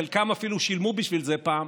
חלקם אפילו שילמו בשביל זה פעם,